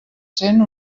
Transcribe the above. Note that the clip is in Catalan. sent